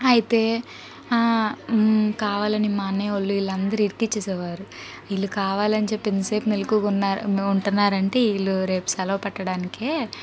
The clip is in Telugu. అయితే కావాలని మా అన్నయ్య వాళ్ళు వీళ్ళందరూ ఇరికించేసేవారు వీళ్ళు కావాలని చెప్పి ఇంతసేపు మెళుకువగా ఉంటున్నారంటే వీళ్ళు రేపు సెలవు పెట్టడానికే